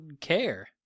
care